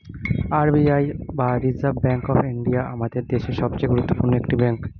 R B I বা Reserve Bank of India আমাদের দেশের সবচেয়ে গুরুত্বপূর্ণ একটি ব্যাঙ্ক